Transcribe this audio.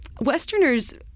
Westerners